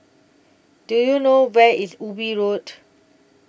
Do YOU know Where IS Ubi Road